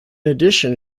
addition